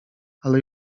ale